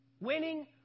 Winning